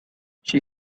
she